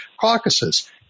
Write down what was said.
caucuses